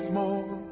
more